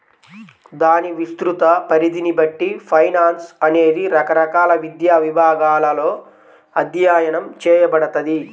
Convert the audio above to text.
దాని విస్తృత పరిధిని బట్టి ఫైనాన్స్ అనేది రకరకాల విద్యా విభాగాలలో అధ్యయనం చేయబడతది